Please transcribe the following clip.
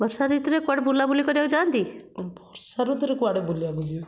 ବର୍ଷା ଋତୁରେ କୁଆଡ଼େ ବୁଲାବୁଲି କରିବାକୁ ଯାଆନ୍ତି ବର୍ଷା ଋତୁରେ କୁଆଡ଼େ ବୁଲିବାକୁ ଯିବି